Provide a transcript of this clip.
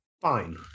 fine